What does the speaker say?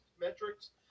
metrics